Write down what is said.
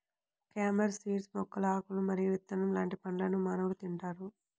carom seeds మొక్కల ఆకులు మరియు విత్తనం లాంటి పండ్లను మానవులు తింటారు